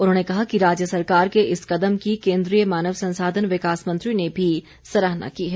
उन्होंने कहा कि राज्य सरकार के इस कदम की केन्द्रीय मानव संसाधन विकास मंत्री ने भी सराहना की है